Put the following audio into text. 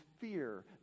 fear